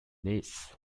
this